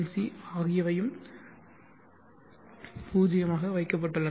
C ஆகியவையும் 0 இல் வைக்கப்பட்டுள்ளன